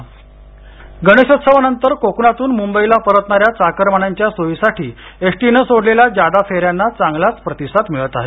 आरक्षण गणेशोत्सवानंतर कोकणातून मुंबईला परतणाऱ्या चाकरमान्यांच्या सोयीसाठी एसटीने सोडलेल्या जादा फेऱ्यांना चांगला प्रतिसाद मिळत आहे